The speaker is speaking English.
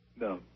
No